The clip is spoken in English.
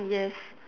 yes